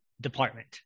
department